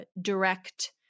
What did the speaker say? direct